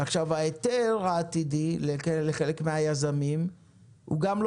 ועכשיו ההיתר העתידי לחלק מהיזמים הוא גם לא